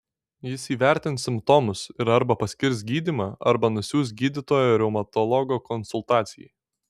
jis įvertins simptomus ir arba paskirs gydymą arba nusiųs gydytojo reumatologo konsultacijai